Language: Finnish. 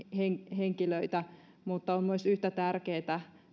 henkilöitä mutta on myös vähintäänkin yhtä tärkeätä